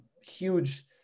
huge